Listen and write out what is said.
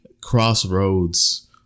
crossroads